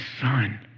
Son